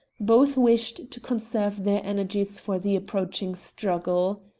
both wished to conserve their energies for the approaching struggle.